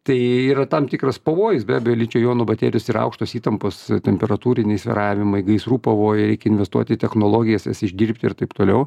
tai yra tam tikras pavojus be abejo ličio jonų baterijos yra aukštos įtampos temperatūriniai svyravimai gaisrų pavojai reikia investuoti į technologijas jas išdirbti ir taip toliau